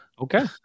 okay